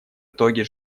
итоги